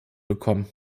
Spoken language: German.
bekommen